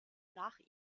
nach